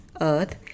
earth